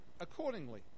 accordingly